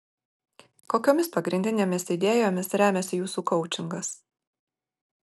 kokiomis pagrindinėmis idėjomis remiasi jūsų koučingas